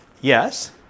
Yes